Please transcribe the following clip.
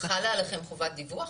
חלה עליכם חובת דיווח?